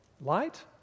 light